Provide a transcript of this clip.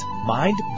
mind